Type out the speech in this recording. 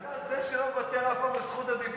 אתה זה שלא מוותר אף פעם על זכות הדיבור.